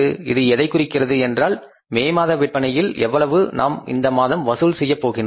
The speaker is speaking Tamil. இது எதைக் குறிக்கிறது என்றால் மே மாத விற்பனையில் எவ்வளவு நாம் இந்த மாதம் வசூல் செய்யப் போகின்றோம்